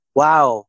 wow